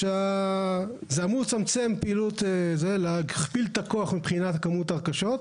זה אמור להכפיל את הכוח מבחינת כמות הרכשות,